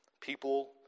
People